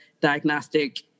diagnostic